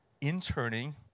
interning